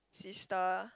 sister